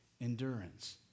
endurance